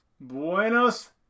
Buenos